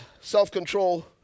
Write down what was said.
self-control